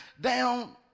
down